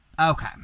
Okay